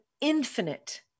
infinite